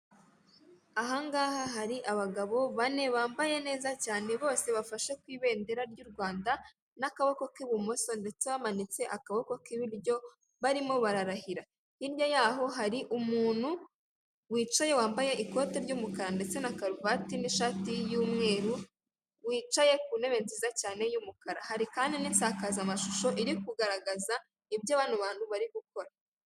Aha ngaha hari abagabo bane bambaye neza cyane, bose bafashe ku ibendera ry'u Rwanda n'akaboko k'ibumoso ndetse bamanitse akaboko k'iburyo barimo bararahira, hirya yaho hari umuntu wicaye wambaye ikote ry'umukara ndetse na karuvati n'ishati y'umweru wicaye ku ntebe nziza cyane y'umukara hari kandi n'insakazamashusho iri kugaragaza ibyo bano bantu barigukora.